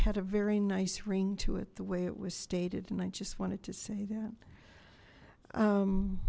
had a very nice ring to it the way it was stated and i just wanted to say that